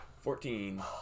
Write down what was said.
Fourteen